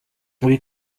ibi